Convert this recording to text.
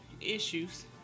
issues